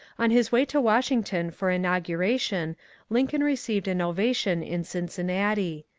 on his way to washington for inauguration lincoln re ceived an ovation in cincinnati.